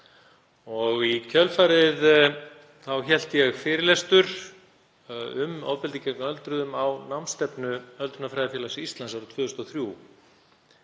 og í kjölfarið hélt ég fyrirlestur um ofbeldi gegn öldruðum á námsstefnu Öldrunarfræðifélags Íslands árið 2003.